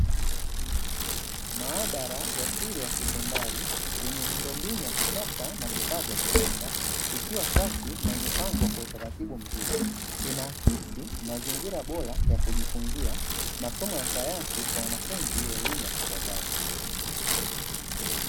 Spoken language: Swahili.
Maabara ya shule ya sekondari yenye miundombinu ya kisasa na vifaa vya kutosha, ikiwa safi na imepangwa kwa utaratibu mzuri, inaakisi mazingira bora ya kujifunza masomo ya sayansi kwa wanafunzi wa elimu ya sekondari.